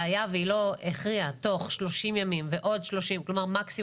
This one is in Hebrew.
והיה והיא לא הכריעה תוך 30 ימים ועוד 30. כלומר,